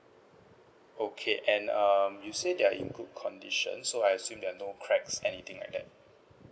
okay and um you said they are in good condition so I assume there is no cracks anything like that